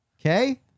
Okay